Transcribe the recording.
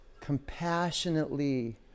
compassionately